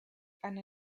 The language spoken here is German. eine